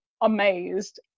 amazed